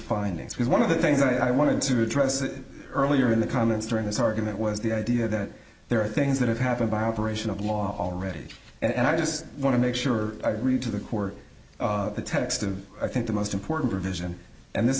findings because one of the things i wanted to address an earlier in the comments during this argument was the idea that there are things that have happened by operation of law already and i just want to make sure i read to the core of the text and i think the most important provision and this